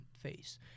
face